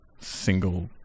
Single